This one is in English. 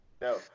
No